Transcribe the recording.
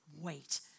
wait